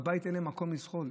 בבית אין להם מקום לזחול,